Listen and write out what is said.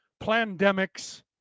plandemics